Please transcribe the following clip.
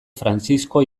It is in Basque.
frantzisko